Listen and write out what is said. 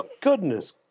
goodness